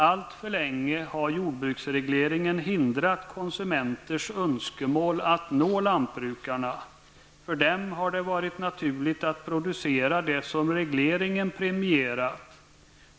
Alltför länge har jordbruksregleringen hindrat konsumenternas önskemål att nå lantbrukarna -- för dem har det varit naturligt att producera det som regleringen premierat.